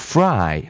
Fry